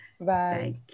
Bye